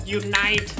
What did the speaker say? unite